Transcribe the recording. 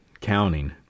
counting